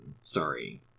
Sorry